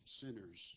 sinners